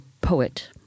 poet